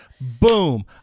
boom